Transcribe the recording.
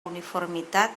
uniformitat